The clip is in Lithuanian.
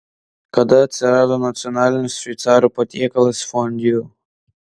kada atsirado nacionalinis šveicarų patiekalas fondiu